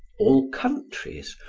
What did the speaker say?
all countries,